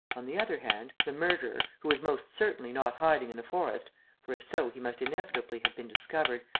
on the other hand, the murderer, who was most certainly not hiding in the forest for, if so, he must inevitably have been discovered,